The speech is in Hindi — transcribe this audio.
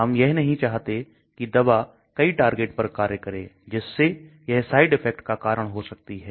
हम यह नहीं चाहते की दवा कई टारगेट पर कार्य करें जिससे यह साइड इफेक्ट का कारण हो सकती है